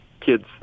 kids